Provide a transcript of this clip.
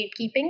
gatekeeping